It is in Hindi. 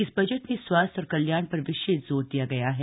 इस बजट में स्वास्थ्य और कल्याण पर विशेष जोर दिया गया है